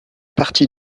partie